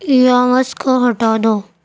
یامس کو ہٹا دو